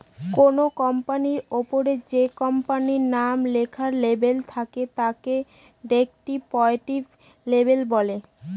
কোনো প্রোডাক্টের ওপরে যে কোম্পানির নাম লেখার লেবেল থাকে তাকে ডেস্ক্রিপটিভ লেবেল বলে